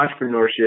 entrepreneurship